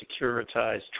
securitized